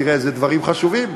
תראה איזה דברים חשובים.